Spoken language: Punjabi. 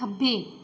ਖੱਬੇ